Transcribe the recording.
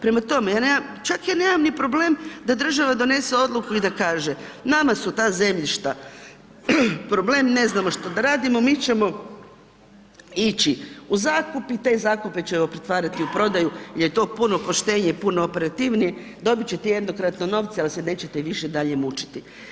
Prema tome, čak ja nemam ni problem da država donese odluku i da kaže, nama su ta zemljišta problem ne znamo što da radimo, mi ćemo ići u zakup i te zakupe ćemo pretvarati u prodaju jel je to puno poštenije, puno operativnije, dobit ćete jednokratno novce ali se nećete više dalje mučiti.